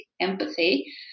empathy